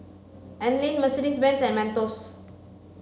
Anlene Mercedes Benz and Mentos